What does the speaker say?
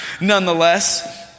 Nonetheless